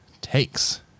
takes